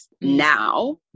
now